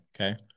Okay